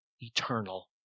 eternal